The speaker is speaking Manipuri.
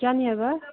ꯀꯌꯥꯅꯤ ꯍꯥꯏꯕ